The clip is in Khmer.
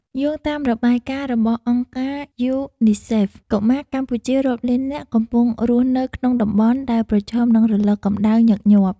យោងតាមរបាយការណ៍របស់អង្គការយូនីសេហ្វ កុមារកម្ពុជារាប់លាននាក់កំពុងរស់នៅក្នុងតំបន់ដែលប្រឈមនឹងរលកកម្ដៅញឹកញាប់។